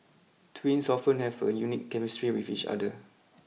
twins often have a unique chemistry with each other